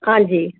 आं जी